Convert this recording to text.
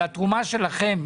התרומה שלכם,